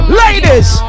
ladies